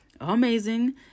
Amazing